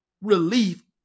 relief